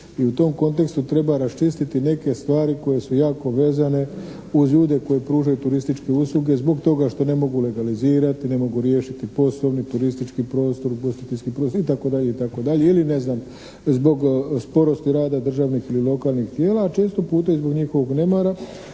i u tom kontekstu treba raščistiti neke stvari koje su jako vezane uz ljude koji pružaju turističke usluge zbog toga što ne mogu legalizirati, ne mogu riješiti poslovni, turistički prostor, ugostiteljski prostor itd., itd. ili ne znam zbog sporosti rada državnih ili lokalnih tijela, a često puta i zbog njihovog nemara